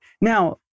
Now